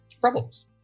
problems